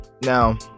Now